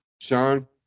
sean